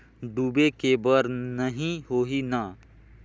डूबे के बर नहीं होही न?